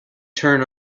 turn